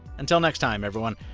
until next time everyone.